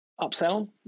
upsell